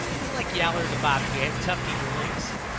unlike yowler the bob cat and tufty the lynx,